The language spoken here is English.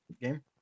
game